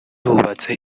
hubatse